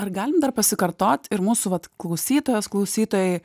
ar galim dar pasikartot ir mūsų vat klausytojas klausytojai